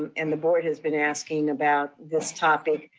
um and the board has been asking about this topic.